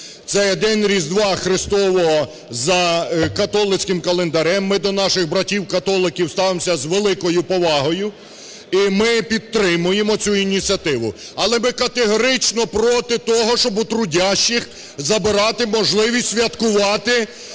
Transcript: Це є днем Різдва Христового за католицьким календарем. Ми до наших братів католиків ставимося з великою повагою. І ми підтримуємо цю ініціативу. Але ми категорично проти того, щоб у трудящих забирати можливість святкувати